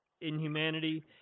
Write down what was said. inhumanity